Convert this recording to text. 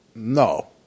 No